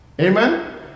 Amen